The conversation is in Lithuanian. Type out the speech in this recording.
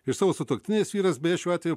iš savo sutuoktinės vyras beje šiuo atveju